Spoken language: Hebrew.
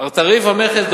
אמורים להיות פטורים.